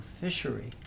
fishery